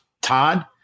Todd